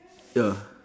ya